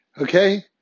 Okay